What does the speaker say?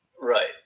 Right